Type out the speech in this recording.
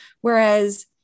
Whereas